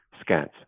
scans